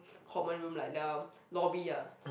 common room like lobby ah